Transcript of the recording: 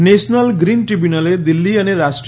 national green ટ્રીબ્યૂનલે દિલ્હી અને રાષ્ટ્રી